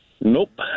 Nope